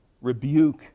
rebuke